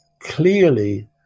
clearly